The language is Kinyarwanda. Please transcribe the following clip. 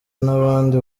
n’abandi